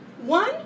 One